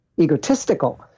egotistical